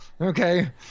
okay